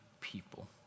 people